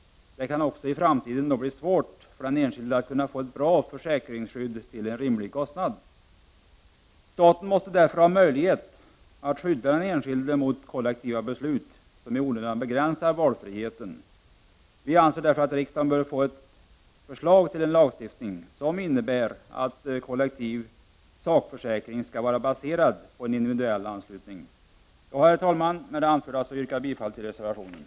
Det kan också i framtiden bli svårt för den enskilde att få ett bra försäkringsskydd till en rimlig kostnad. Staten måste därför ha möjlighet att skydda den enskilde mot kollektiva beslut som i onödan begränsar valfriheten. Vi anser att riksdagen bör få förslag till en lagstiftning som innebär att kollektiv sakförsäkring skall vara baserad på en individuell anslutning. Herr talman! Med stöd av det anförda yrkar jag bifall till reservationen.